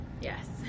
yes